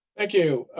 thank you.